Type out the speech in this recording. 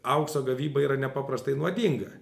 aukso gavyba yra nepaprastai nuodinga